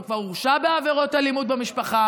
שהוא כבר הורשע בעבירות אלימות במשפחה